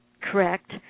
Correct